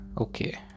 okay